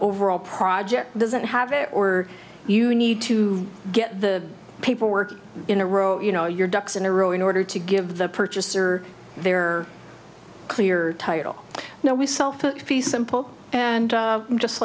overall project doesn't have it or you need to get the paperwork in a row you know your ducks in a row in order to give the purchaser their clear title now we sell for a piece simple and just